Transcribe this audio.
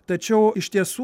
tačiau iš tiesų